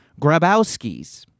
Grabowskis